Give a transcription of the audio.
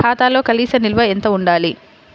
ఖాతాలో కనీస నిల్వ ఎంత ఉండాలి?